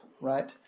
right